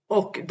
och